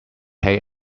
hate